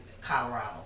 Colorado